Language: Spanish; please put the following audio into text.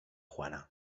juana